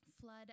flood